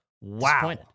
Wow